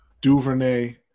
Duvernay